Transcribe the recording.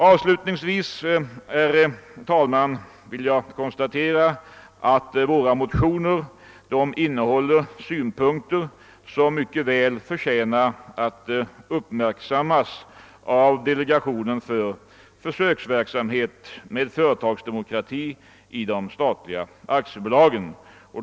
Avslutningsvis vill jag konstatera att våra motioner från moderata samlingspartiet innehåller synpunkter som väl förtjänar att uppmärksammas av delegationen för försöksverksamhet med företagsdemokrati i statliga aktiebolag.